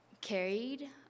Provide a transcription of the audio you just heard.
carried